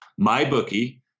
MyBookie